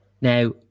Now